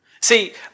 See